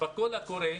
בקול הקורא,